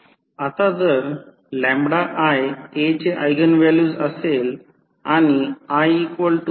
आता जर i A चे ऎगेन व्हॅल्यू असेल आणि i12n